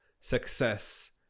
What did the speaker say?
success